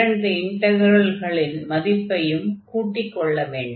இரண்டு இன்டக்ரல்களின் மதிப்பையும் கூட்டிக் கொள்ள வேண்டும்